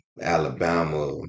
Alabama